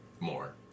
more